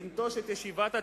לנטוש את ישיבת התקציב,